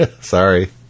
Sorry